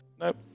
Nope